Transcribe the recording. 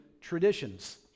traditions